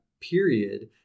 period